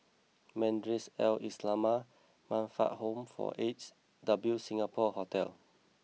Madrasah Al Maarif Ai Islamiah Man Fatt Lam Home for Aged and W Singapore Hotel